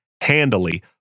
handily